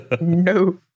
no